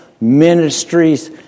ministries